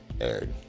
aired